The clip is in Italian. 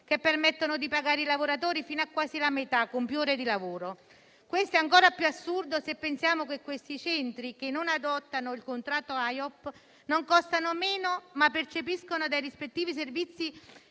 che permettono di pagare i lavoratori fino a quasi la metà, con più ore di lavoro. E ciò è ancora più assurdo se pensiamo che detti centri, che non adottano il contratto AIOP, non costano meno, ma percepiscono dai rispettivi servizi